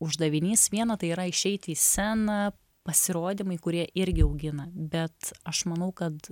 uždavinys viena tai yra išeiti į sceną pasirodymai kurie irgi augina bet aš manau kad